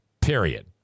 Period